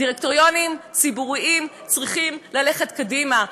דירקטוריונים ציבוריים צריכים ללכת קדימה.